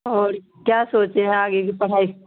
اور کیا سوچے ہیں آگے کی پڑھائی